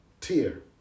tier